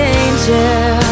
angel